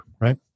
right